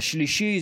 השלישי,